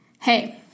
Hey